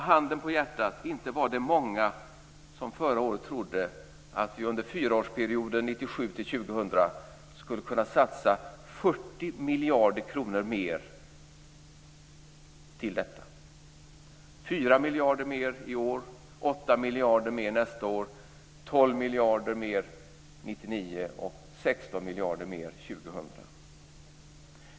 Handen på hjärtat - inte var det många som under förra året trodde att vi under fyraårsperioden 1997-2000 skulle kunna satsa 40 miljarder kronor mer till detta? Det blir 4 miljarder mer i år, 8 miljarder mer 2000.